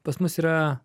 pas mus yra